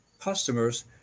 customers